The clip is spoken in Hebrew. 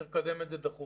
צריך לקדם את זה דחוף.